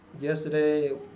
yesterday